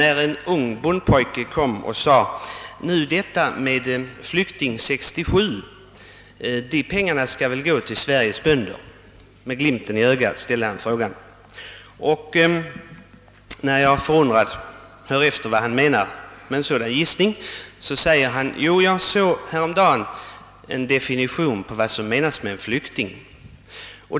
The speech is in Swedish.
En ung bondpojke kom och sade till mig med glimten i ögat: »Pengarna från Flykting 67, de skall väl gå till Sveriges bönder?» När jag förvånad undrade vad han menade med en sådan gissning svarade han: »Jo, jag såg häromdagen en definition på begreppet flykting.